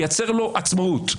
לייצר לה עצמאות,